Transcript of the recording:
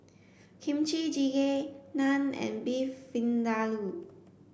Kimchi Jjigae Naan and Beef Vindaloo